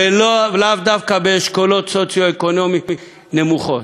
ולאו דווקא באשכולות סוציו-אקונומיים נמוכים.